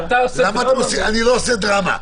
אני לא עושה דרמה.